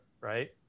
right